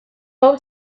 hau